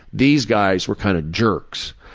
these guys were kind of jerks.